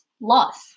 loss